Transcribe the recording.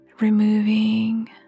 Removing